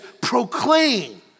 proclaim